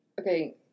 Okay